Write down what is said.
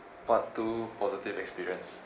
part two positive experience